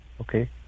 okay